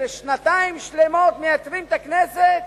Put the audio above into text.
לשנתיים שלמות מייתרים את הכנסת?